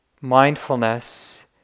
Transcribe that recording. mindfulness